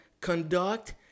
conduct